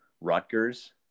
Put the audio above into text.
Rutgers